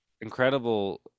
incredible